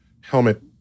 helmet